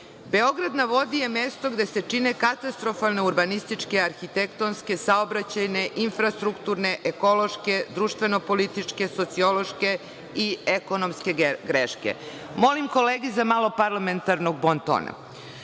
„Beograd na vodi“ je mesto gde se čine katastrofalne urbanističke, arhitektonske, saobraćajne, infrastrukturne, ekološke, društveno-političke, sociološke i ekonomske greške. Molim kolege za malo parlamentarnog bontona.Zašto